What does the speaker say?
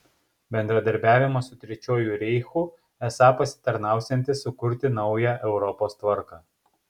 bendradarbiavimas su trečiuoju reichu esą pasitarnausiantis sukurti naują europos tvarką